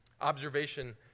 Observation